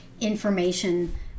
information